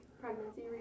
pregnancy